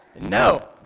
No